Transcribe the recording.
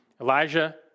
Elijah